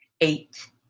eight